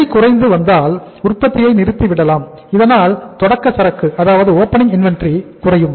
விலை குறைந்து வந்தால் உற்பத்தியை நிறுத்திவிடலாம் இதனால்தொடக்க சரக்கு opening inventory குறையும்